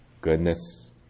goodness